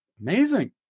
amazing